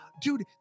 dude